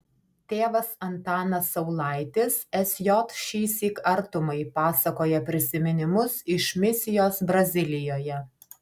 tėvas antanas saulaitis sj šįsyk artumai pasakoja prisiminimus iš misijos brazilijoje